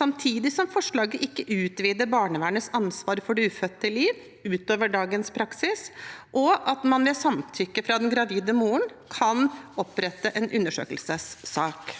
samtidig som forslaget ikke utvider barnevernets ansvar for det ufødte liv utover dagens praksis, og at man ved samtykke fra den gravide moren kan opprette en undersøkelsessak.